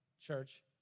church